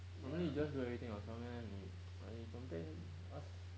normally you just do everything yourself meh 你你准备 then ask